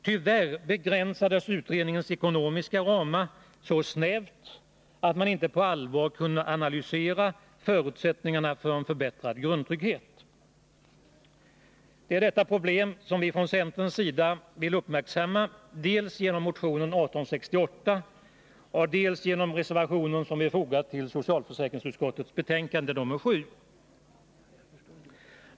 Tyvärr begränsades utredningens ekonomiska ramar så snävt att man inte på allvar kunde analysera förutsättningarna för en förbättrad grundtrygghet. Det är detta problem som vi från centerns sida vill uppmärksamma dels genom motion 1868, dels genom den reservation som vi fogat till socialförsäkringsutskottets betänkande nr 7.